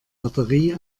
batterie